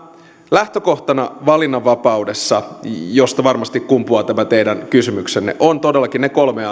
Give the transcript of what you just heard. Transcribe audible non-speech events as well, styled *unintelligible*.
lähtökohtana valinnanvapaudessa josta varmasti kumpuaa tämä teidän kysymyksenne ovat todellakin ne kolme *unintelligible*